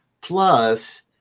plus